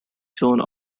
zone